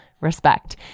respect